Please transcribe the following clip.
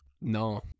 No